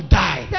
die